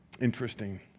Interesting